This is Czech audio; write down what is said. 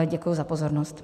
Děkuji za pozornost.